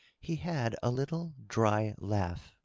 he had a little dry laugh,